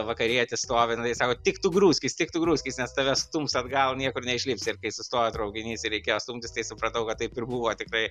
vakarietis stovi nu tai sako tik tu grūskis tik tu grūskis nes tave stums atgal niekur neišlipsi ir kai sustojo traukinys ir reikėjo stumtis tai supratau kad taip ir buvo tikrai